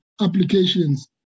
applications